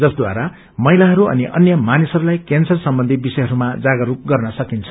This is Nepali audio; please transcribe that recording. जसद्वारा महिलाहरू अनि अन्य मानिसहरूलाई कैन्सर सम्बन्धी विषयहरूमा जागरूक गर्न सकिन्छ